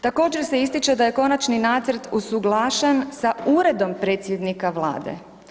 Također se ističe da je konačni nacrt usuglašen sa Uredom predsjednika vlade.